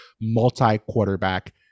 multi-quarterback